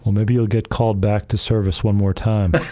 um maybe you'll get called back to service one more time.